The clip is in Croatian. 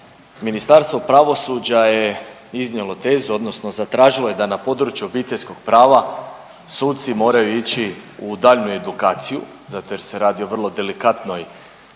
Ministarstvo pravosuđa je iznijelo tezu odnosno zatražilo je da na području obiteljskog prava suci moraju ići u daljnju edukaciju zato jer se radi o vrlo delikatnoj,